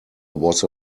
was